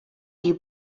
you